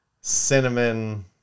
cinnamon